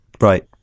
Right